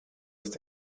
ist